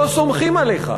לא סומכים עליך.